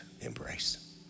embrace